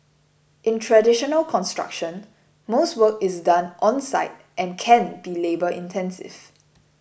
in traditional construction most work is done on site and can be labour intensive